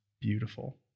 beautiful